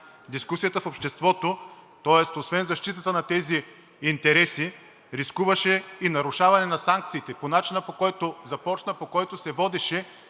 Дискусията в обществото, тоест освен защитата на тези интереси рискуваше и нарушаване на санкциите по начина, по който започна, по който се водеше